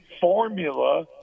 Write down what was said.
formula